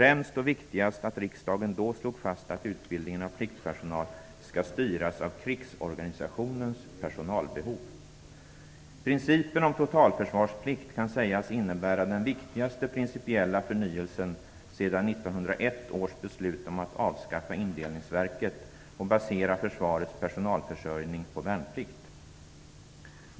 Det viktigaste var att riksdagen då slog fast att utbildningen av pliktpersonal skall styras av krigsorganisationens personalbehov. Principen om totalförsvarsplikt kan sägas innebära den viktigaste principiella förnyelsen sedan 1901 års beslut om att avskaffa indelningsverket och basera försvarets personalförsörjning på värnplikt.